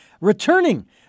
returning